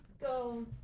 go